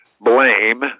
blame